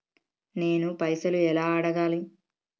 నేను పైసలు ఎలా అడగాలి?